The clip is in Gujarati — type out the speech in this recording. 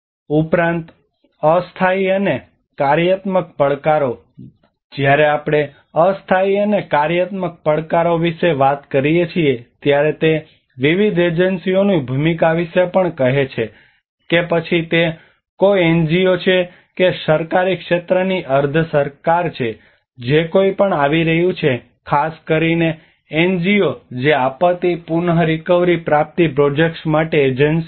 ઉપરાંત અસ્થાયી અને કાર્યાત્મક પડકારો જ્યારે આપણે અસ્થાયી અને કાર્યાત્મક પડકારો વિશે વાત કરીએ છીએ ત્યારે તે વિવિધ એજન્સીઓની ભૂમિકા વિશે પણ કહે છે કે પછી તે કોઈ એનજીઓ છે કે સરકારી ક્ષેત્રની છે કે અર્ધ સરકાર છે જે કોઈ પણ આવી રહ્યું છે ખાસ કરીને એનજીઓ જે આપત્તિ પુન રીકવરી પ્રાપ્તિ પ્રોજેક્ટ્સ માટે એજન્સીઓ આવે છે